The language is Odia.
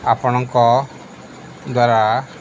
ଆପଣଙ୍କ ଦ୍ୱାରା